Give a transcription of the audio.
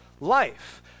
life